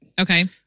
Okay